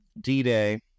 D-Day